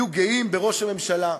יהיו גאים בראש הממשלה.